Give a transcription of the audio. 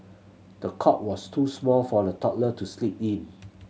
the cot was too small for the toddler to sleep in